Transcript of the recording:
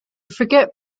forget